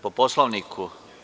Po Poslovniku?